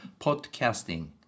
podcasting